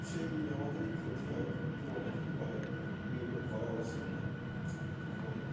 সেই আমাদেরই ক্ষতি হয় কিন্তু অনেকেই করে এগুলো করা উচিত না কিন্তু করে